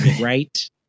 right